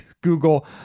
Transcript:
Google